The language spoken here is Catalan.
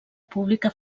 pública